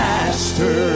Master